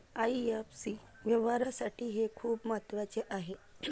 IFSC व्यवहारासाठी हे खूप महत्वाचे आहे